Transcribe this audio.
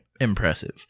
impressive